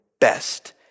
best